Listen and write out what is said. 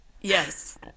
yes